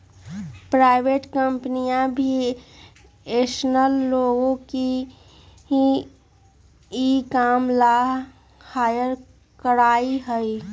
private कम्पनियन भी ऐसन लोग के ई काम ला हायर करा हई